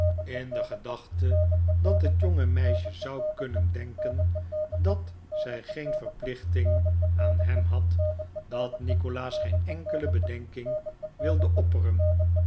in de gedachte dat het jonge meisje zou kunnen denken dat zij geen verplichting aan hem had dat nikolaas geen nkele bedenking wilde opperen